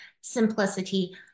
simplicity